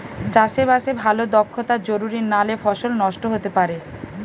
চাষে বাসে ভালো দক্ষতা জরুরি নালে ফসল নষ্ট হতে পারে